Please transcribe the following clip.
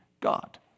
God